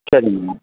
சரிங்கண்ணா